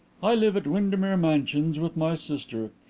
i live at windermere mansions with my sister.